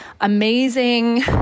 amazing